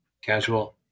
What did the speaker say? Casual